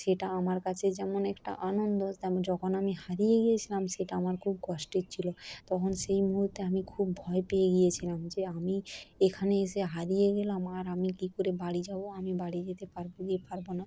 সেটা আমার কাছে যেমন একটা আনন্দ তেমন যখন আমি হারিয়ে গেছিলাম সেটা আমার খুব কষ্টের ছিলো তখন সেই মুহুর্তে আমি খুব ভয় পেয়ে গিয়েছিলাম যে আমি এখানে এসে হারিয়ে গেলাম আর আমি কী করে বাড়ি যাবো বাড়ি যেতে পারবো কী পারবো না